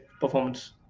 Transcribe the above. performance